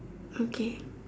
okay